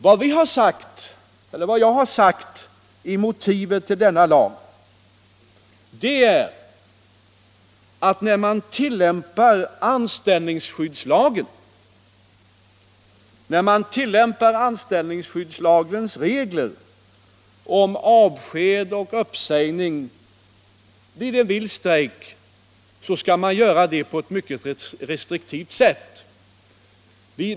Vad jag har sagt i motiven till denna lag är att när man tillämpar anställningsskyddslagens regler om avsked och uppsägning vid en vild strejk, skall man göra det på ett mycket restriktivt sätt.